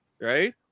right